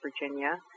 Virginia